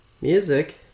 Music